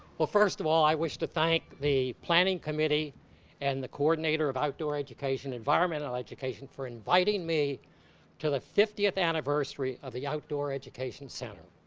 well first of all, i wish to thank the planning committee and the coordinator of outdoor education, environmental education for inviting me to the fiftieth anniversary of the outdoor education center.